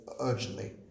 urgently